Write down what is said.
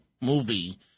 movie